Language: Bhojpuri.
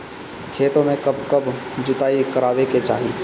खेतो में कब कब जुताई करावे के चाहि?